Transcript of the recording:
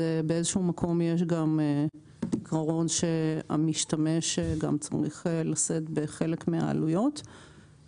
באיזשהו מקום יש עיקרון שהמשתמש גם צריך לשאת בחלק מהעלויות.